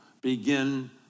begin